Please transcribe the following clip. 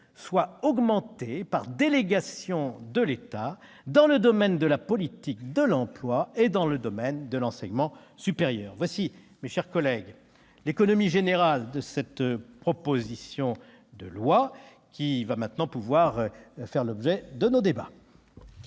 soient élargies, par délégation de l'État, dans les domaines de la politique de l'emploi et de l'enseignement supérieur. Telle est, mes chers collègues, l'économie générale de cette proposition de loi, qui va maintenant faire l'objet de nos débats.